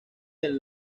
del